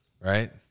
right